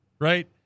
right